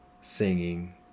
singing